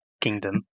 kingdom